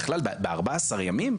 בכלל ב-14 ימים?